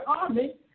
army